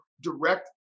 direct